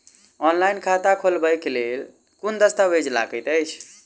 Online खाता खोलबय लेल केँ दस्तावेज लागति अछि?